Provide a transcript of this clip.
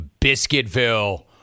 Biscuitville